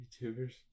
YouTubers